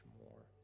more